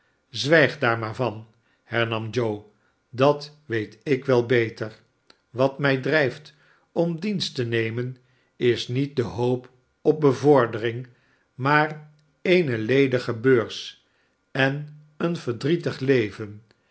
daar maar van hernam joe dat weet ik wel beter wat mij drijft om dienst te nemen is niet de hoop op bevordering maar eene ledige beurs en een verdrietig leven